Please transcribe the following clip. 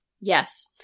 Yes